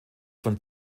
von